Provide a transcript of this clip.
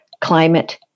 climate